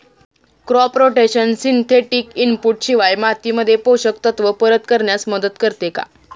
Crop rotation synthetic input शिवाय मातीमध्ये पोषक तत्त्व परत करण्यास मदत करते का?